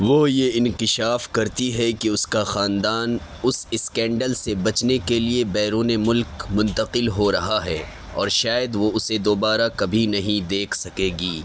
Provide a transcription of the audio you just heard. وہ یہ انکشاف کرتی ہے کہ اس کا خاندان اس اسکینڈل سے بچنے کے لیے بیرونِ ملک منتقل ہو رہا ہے اور شاید وہ اسے دوبارہ کبھی نہیں دیکھ سکے گی